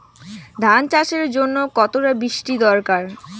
ধান চাষের জন্য কতটা বৃষ্টির দরকার?